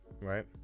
right